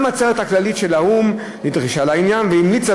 גם העצרת הכללית של האו"ם נדרשה לעניין והמליצה